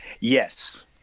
Yes